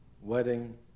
wedding